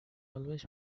always